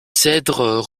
cèdres